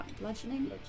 bludgeoning